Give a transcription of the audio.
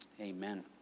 Amen